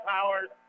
Powers